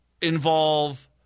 involve